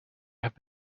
have